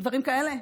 בדברים כאלה?